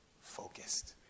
focused